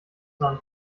dran